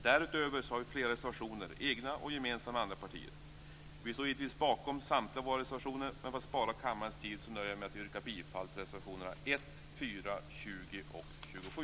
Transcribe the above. Därutöver har vi flera reservationer, egna och gemensamma med andra partier. Vi står givetvis bakom samtliga våra reservationer, men för att spara kammarens tid nöjer jag mig med att yrka bifall till reservationerna 1, 4, 20 och 27.